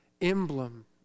emblem